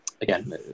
again